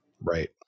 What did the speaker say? Right